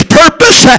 purpose